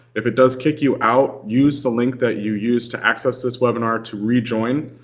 if it does kick you out use the link that you use to access this webinar to rejoin.